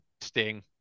Sting